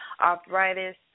arthritis